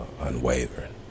unwavering